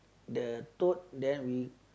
the tote then we